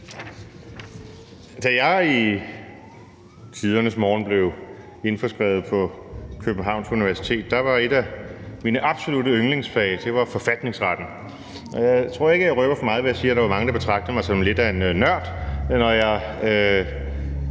Da jeg i tidernes morgen blev indskrevet på Københavns Universitet, var et af mine absolut yndlingsfag forfatningsretten. Jeg tror ikke, at jeg røber for meget ved at sige, at der var mange, der betragtede mig som lidt af en nørd, når jeg